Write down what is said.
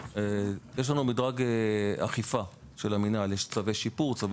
יש לנו מדרג אכיפה של המינהל יש צווי שיפוץ,